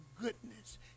goodness